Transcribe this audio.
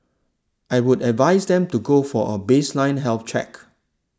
I would advise them to go for a baseline health check